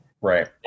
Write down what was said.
Right